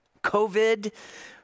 COVID